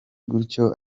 gutyo